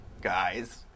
Guys